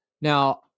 Now